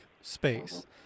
space